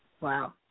Wow